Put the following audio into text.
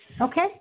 Okay